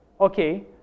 Okay